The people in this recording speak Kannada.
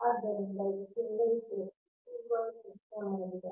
ಆದ್ದರಿಂದ ಇದು ಸಿಂಗಲ್ ಫೇಸ್ 2 ವೈರ್ ಸಿಸ್ಟಮ್ ಆಗಿದೆ